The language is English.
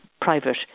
private